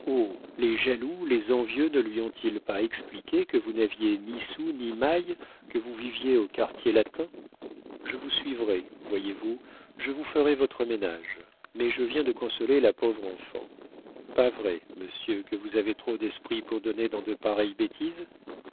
les jaloux les envieux ne lui ont-ils pas expliqué que vous n'aviez ni sou ni maille que vous viviez au quartier latin je vous suivrais voyez-vous je vous ferais votre ménage mais je viens de consoler la pauvre enfant pas vrai monsieur que vous avez trop d'esprit pour donner dans de pareilles bêtises